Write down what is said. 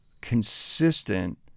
consistent